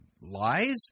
lies